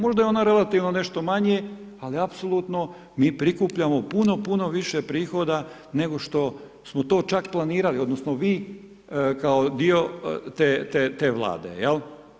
Možda je ono relativno nešto manje ali apsolutno mi prikupljamo puno, puno više prihoda nego što smo to čak planirali odnosno vi kao dio te Vlade, jel'